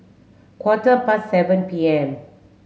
quarter past seven P M